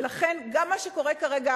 ולכן גם מה שקורה כרגע,